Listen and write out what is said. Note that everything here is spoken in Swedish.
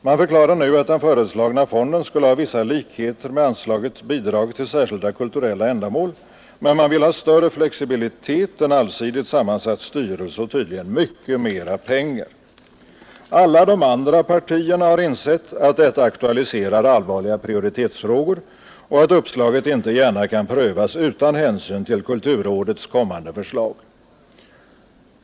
Man förklarar nu att den föreslagna fonden skulle ha vissa likheter med anslaget Bidrag till särskilda kulturella ändamål, men man vill ha större flexibilitet, en allsidigt sammansatt styrelse och tydligen mycket mera pengar. Alla de andra partierna har insett att detta aktualiserar allvarliga prioritetsfrågor och att uppslaget inte gärna kan prövas utan hänsyn till kulturrådets kommande förslag.